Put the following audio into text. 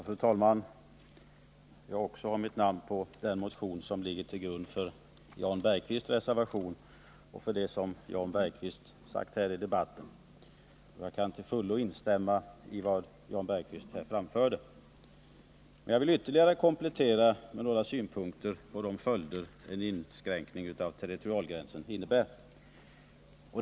Fru talman! Jag har också undertecknat den motion som ligger till grund för Jan Bergqvists reservation och för det som han sagt här i debatten. Jag kan till fullo instämma i vad han här framfört. Men jag vill komplettera med ytterligare några synpunkter på vilka följder som en inskränkning av territorialgränsen kan få.